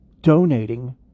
donating